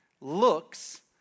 looks